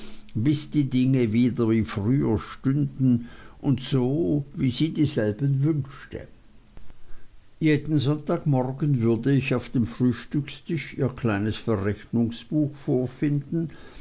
bis die dinge wieder wie früher stünden und so wie sie dieselben wünschte jeden sonntagmorgen würde ich auf dem frühstückstisch ihr kleines verrechnungsbuch vorfinden